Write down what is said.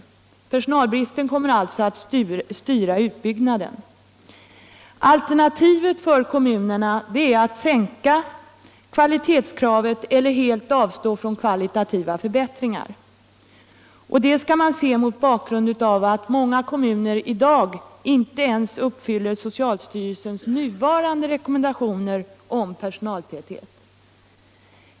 Personalbristen kommer alltså att styra utbyggnaden. Alternativet för kommunerna är att sänka kvalitetskravet eller helt avstå från kvalitativa förbättringar. Och det skall man se mot bakgrund av att många kommuner i dag inte ens följer socialstyrelsens nuvarande rekommendationer om personaltäthet.